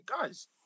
guys